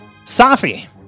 Safi